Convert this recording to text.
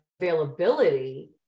availability